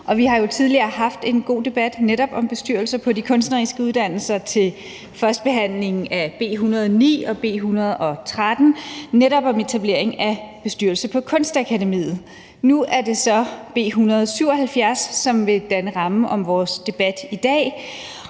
Vi har jo tidligere haft en god debat netop om bestyrelser på de kunstneriske uddannelser ved førstebehandlingen af B 109 og B 113, netop om etablering af en bestyrelse på Kunstakademiet. Nu er det så B 177, som vil danne rammen om vores debat i dag.